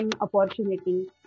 opportunity